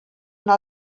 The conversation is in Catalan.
una